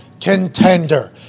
contender